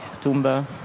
Tumba